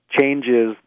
changes